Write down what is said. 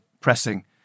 pressing